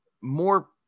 more